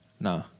No